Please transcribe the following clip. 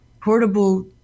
portable